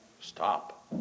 stop